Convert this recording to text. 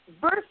birth